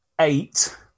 eight